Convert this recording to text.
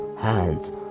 hands